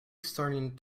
starting